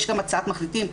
יש גם הצעת מחליטים,